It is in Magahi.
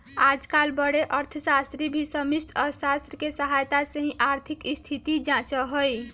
आजकल बडे अर्थशास्त्री भी समष्टि अर्थशास्त्र के सहायता से ही आर्थिक स्थिति जांचा हई